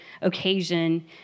occasion